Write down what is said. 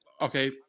okay